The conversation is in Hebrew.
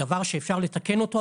דבר שאפשר לתקן אותו,